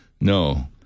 no